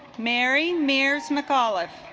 marry nears mcauliffe